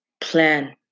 plan